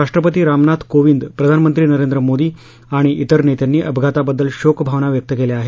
राष्ट्रपती रामनाथ कोविंद प्रधानमंत्री नरेंद्र मोदी आणि त्विर नेत्यांनी अपघाताबद्दल शोक भावना व्यक्त केल्या आहेत